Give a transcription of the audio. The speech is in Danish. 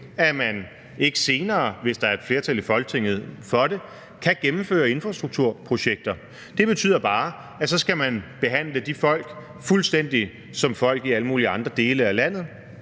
at man ikke senere, hvis der er et flertal i Folketinget for det, kan gennemføre infrastrukturprojekter, men det betyder bare, at man så skal behandle de folk fuldstændig som folk i alle mulige andre dele af landet,